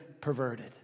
perverted